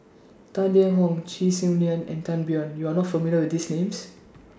Tang Liang Hong Chee Swee Lee and Tan Biyun YOU Are not familiar with These Names